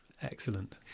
Excellent